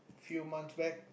few months back